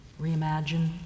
Reimagine